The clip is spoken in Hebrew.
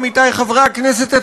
עמיתי חברי הכנסת,